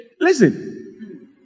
Listen